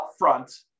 upfront